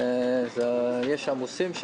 יש שם עומסים,